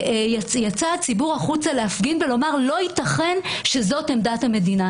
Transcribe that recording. יצא הציבור החוצה להפגין ולומר: לא ייתכן שזאת עמדת המדינה.